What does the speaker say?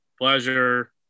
pleasure